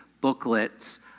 booklets